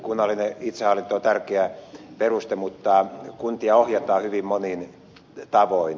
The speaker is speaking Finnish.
kunnallinen itsehallinto on tärkeä peruste mutta kuntia ohjataan hyvin monin tavoin